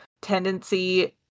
tendency